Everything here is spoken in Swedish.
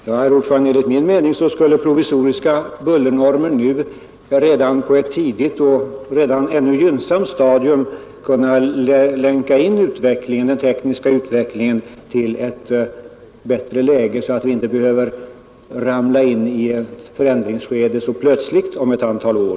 Herr talman! Enligt min mening skulle provisoriska bullernormer redan på ett tidigt och ännu tämligen gynnsamt stadium kunna länka in den tekniska utvecklingen i ett bättre läge, så att vi inte helt plötsligt behöver ramla in i stora förändringar om ett antal år.